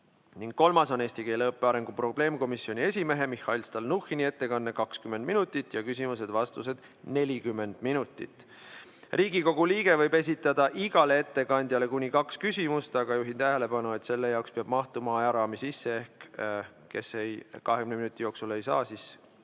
kolmas on eesti keele õppe arengu probleemkomisjoni esimehe Mihhail Stalnuhhini ettekanne, 20 minutit ja küsimused-vastused 40 minutit. Riigikogu liige võib esitada igale ettekandjale kuni kaks küsimust. Aga juhin tähelepanu, et selle jaoks peab mahtuma ajaraami sisse ehk kes 20 minuti jooksul ei saa küsida,